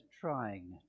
trying